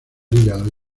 hígado